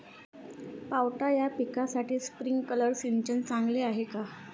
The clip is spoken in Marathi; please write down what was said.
पावटा या पिकासाठी स्प्रिंकलर सिंचन चांगले आहे का?